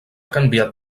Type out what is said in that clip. canviat